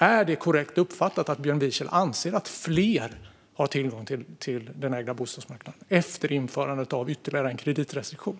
Är det korrekt uppfattat att Björn Wiechel anser att fler har tillgång till marknaden för ägda bostäder efter införandet av ytterligare en kreditrestriktion?